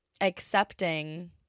accepting